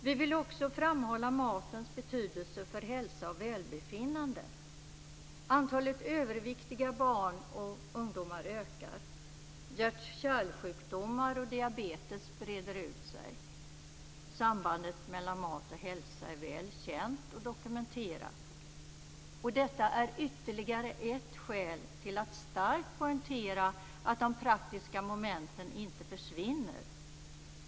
Vi vill också framhålla matens betydelse för hälsa och välbefinnande. Antalet överviktiga barn och ungdomar ökar. Hjärt och kärlsjukdomar och diabetes breder ut sig. Sambandet mellan mat och hälsa är väl känt och dokumenterat. Detta är ytterligare ett skäl till att starkt poängtera att de praktiska momenten inte får försvinna.